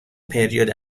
پریود